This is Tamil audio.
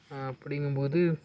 அப்படிங்கும்போது